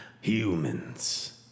humans